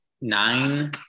nine